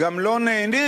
גם לא נהנים,